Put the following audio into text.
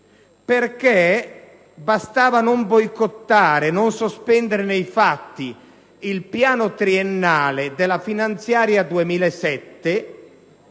Bastava non boicottare e non sospendere nei fatti il piano triennale della finanziaria 2007,